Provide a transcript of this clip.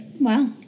Wow